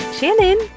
Shannon